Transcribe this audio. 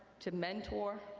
to mentor,